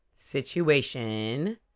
situation